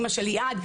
אימא של ליעד,